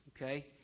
Okay